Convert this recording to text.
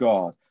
God